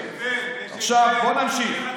יש הבדל, בוא נמשיך.